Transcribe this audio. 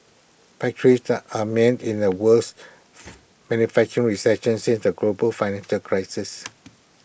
factories are mend in the worst manufacturing recession since the global financial crisis